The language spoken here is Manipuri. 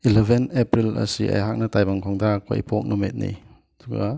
ꯏꯂꯕꯦꯟ ꯑꯦꯄ꯭ꯔꯤꯜ ꯑꯁꯤ ꯑꯩꯍꯥꯛꯅ ꯇꯥꯏꯕꯪ ꯈꯣꯡꯗꯥꯔꯛꯄ ꯏꯄꯣꯛ ꯅꯨꯃꯤꯠꯅꯤ ꯑꯗꯨꯒ